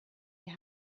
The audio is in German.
die